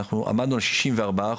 אנחנו עמדנו על 64%,